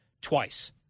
twice